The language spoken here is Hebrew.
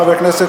חבר הכנסת